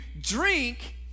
drink